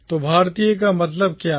तो भारतीय का मतलब क्या है